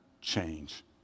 change